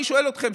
אני שואל אתכם,